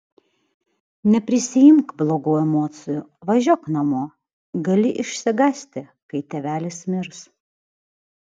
neprisiimk blogų emocijų važiuok namo gali išsigąsti kai tėvelis mirs